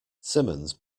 simmons